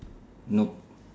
nope